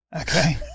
Okay